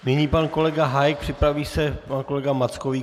Nyní pan kolega Hájek, připraví se pan kolega Mackovík.